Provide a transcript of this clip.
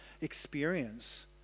experience